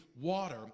water